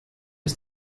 ist